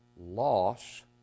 Loss